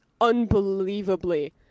unbelievably